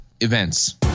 events